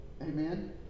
Amen